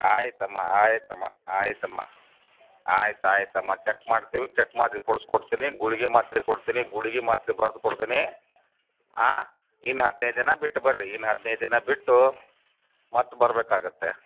ಆಯಿತಮ್ಮ ಆಯಿತಮ್ಮ ಆಯಿತಮ್ಮ ಆಯ್ತು ಆಯಿತಮ್ಮ ಚೆಕ್ ಮಾಡ್ತೀವಿ ಚೆಕ್ ಮಾಡಿ ರಿಪೋರ್ಟ್ಸ್ ಕೊಡ್ತೇನೆ ಗುಳಿಗೆ ಮಾತ್ರೆ ಕೊಡ್ತೇನೆ ಗುಳ್ಗೆ ಮಾತ್ರೆ ಬರ್ದು ಕೊಡ್ತೇನೆ ಆಂ ಇನ್ನು ಹದ್ನೈದು ದಿನ ಬಿಟ್ಟು ಬರ್ರಿ ಇನ್ನು ಹದ್ನೈದು ದಿನ ಬಿಟ್ಟು ಮತ್ತೆ ಬರಬೇಕಾಗತ್ತೆ